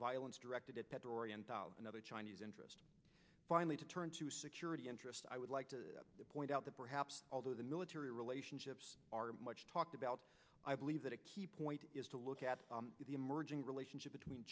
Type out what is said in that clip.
violence directed at that dorrian thousand other chinese interest finally to turn to security interests i would like to point out that perhaps although the military relationships are much talked about i believe that a key point is to look at the emerging relationship between